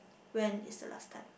when is the last time